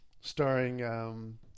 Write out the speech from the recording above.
starring –